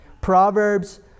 Proverbs